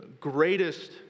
greatest